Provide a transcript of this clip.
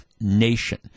nation